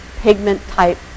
pigment-type